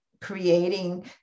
creating